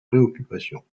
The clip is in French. préoccupations